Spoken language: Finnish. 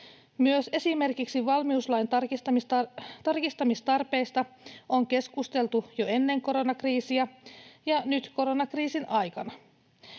Myös esimerkiksi valmiuslain tarkistamistarpeista on keskusteltu jo ennen koronakriisiä ja nyt koronakriisin aikana.